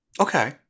Okay